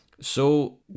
So